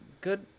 good